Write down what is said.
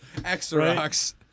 Xerox